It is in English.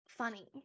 funny